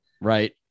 Right